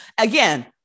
again